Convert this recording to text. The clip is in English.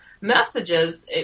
messages